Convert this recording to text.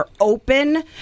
open